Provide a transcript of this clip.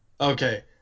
Okay